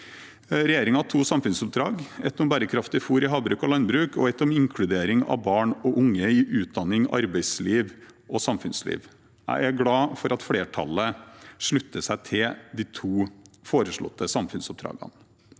regjeringen to samfunnsoppdrag: ett om bærekraftig fôr i havbruk og landbruk og ett om inkludering av barn og unge i utdanning, arbeidsliv og samfunnsliv. Jeg er glad for at flertallet slutter seg til de to foreslåtte samfunnsoppdragene.